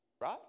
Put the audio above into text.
Right